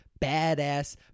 badass